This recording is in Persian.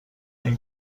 این